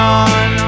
on